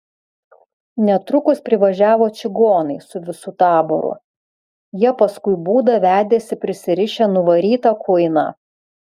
netrukus privažiavo čigonai su visu taboru jie paskui būdą vedėsi prisirišę nuvarytą kuiną